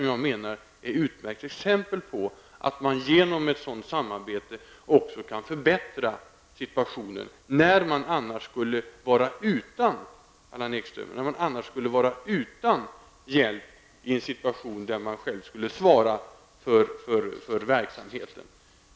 Jag menar att ett sådant samarbete kan förbättra situationen jämför med att ett polisdistrikt självt skall svara för verksamheten.